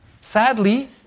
Sadly